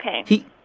Okay